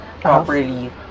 properly